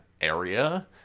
area